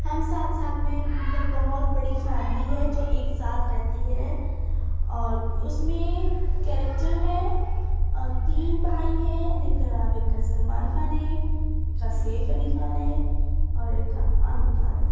ہم ساتھ ساتھ میں مطلب بہت بڑی فیملی ہے جو ایک ساتھ رہتی ہے اور اس میں کیریکٹر ہے تین بھائی ہیں جن کا نام ایک کا سلمان خان ہے ایک کا سیف علی خان ہے اور ایک کا عامر خان ہے